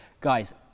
guys